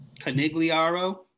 Canigliaro